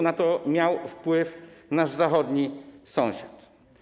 Na to miał wpływ nasz zachodni sąsiad.